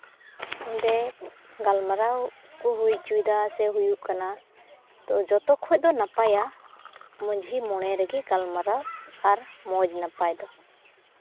ᱚᱸᱰᱮ ᱜᱟᱞᱢᱟᱨᱟᱣ ᱠᱚ ᱦᱩᱭ ᱦᱚᱪᱚᱭᱮᱫᱟ ᱥᱮ ᱦᱩᱭᱩᱜ ᱠᱟᱱᱟ ᱛᱚ ᱡᱚᱛᱚ ᱠᱷᱚᱡ ᱫᱚ ᱱᱟᱯᱟᱭᱟ ᱢᱟᱹᱡᱷᱤ ᱢᱚᱬᱮ ᱨᱮᱜᱮ ᱜᱟᱞᱢᱟᱨᱟᱣ ᱢᱚᱡᱽ ᱱᱟᱯᱟᱭ ᱫᱚ